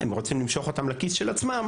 הם רוצים למשוך אותם לכיס של עצמם,